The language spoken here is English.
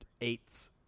eights